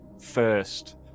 first